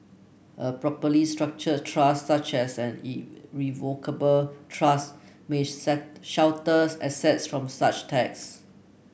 a properly structured trust such as an irrevocable trust may set shelter assets from such tax